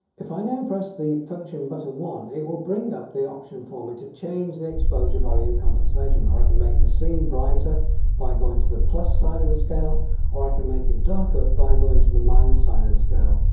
if i now um press the function button one it will bring up the option for me to change the exposure value compensation or i can make the scene brighter by going to the plus side of the scale or i can make it darker by going to the minus side of this go.